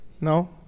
No